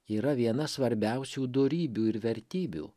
yra viena svarbiausių dorybių ir vertybių